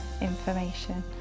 information